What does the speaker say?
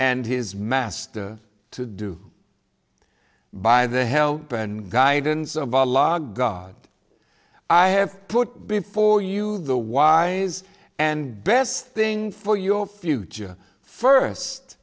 and his master to do by the help and guidance of our law god i have put before you the wise and best thing for your future first